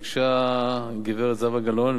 ביקשה גברת זהבה גלאון,